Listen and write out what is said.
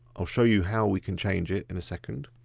i'll show you how we can change it in a second.